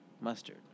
mustard